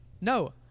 No